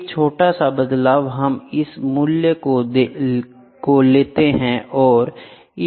एक छोटा सा बदलाव है हम इस मूल्य को लेते हैं और इसके साथ गुणा करते हैं